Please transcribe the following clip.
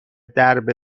درب